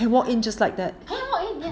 can walk in just like that